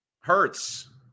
hurts